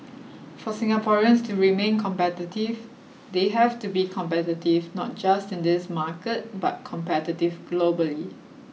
for Singaporeans to remain competitive they have to be competitive not just in this market but competitive globally